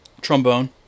Trombone